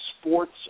sports